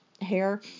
hair